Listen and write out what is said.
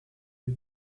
you